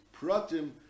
pratim